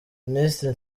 minisitiri